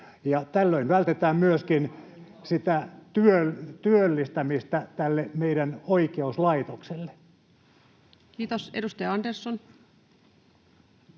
Tällöin vältetään myöskin sitä työllistämistä meidän oikeuslaitoksellemme. Kiitos. — Edustaja Andersson.